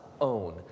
own